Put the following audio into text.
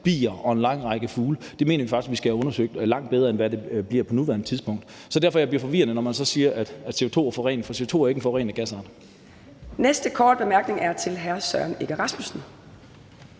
bier og en lang række fugle. Det mener vi faktisk at vi skal have undersøgt langt grundigere, end hvad det bliver på nuværende tidspunkt. Så jeg bliver forvirret, når man taler om CO2 og forurening på samme